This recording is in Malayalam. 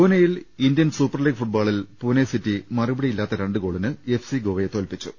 പൂനെയിൽ ഇന്ത്യൻ സൂപ്പർ ലീഗ് ഫുട്ബോളിൽ പൂനെ സിറ്റി മറുപടിയില്ലാത്ത രണ്ടു ഗോളിന് എഫ് സി ഗോവയെ തോൽപിച്ചു